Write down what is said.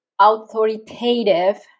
authoritative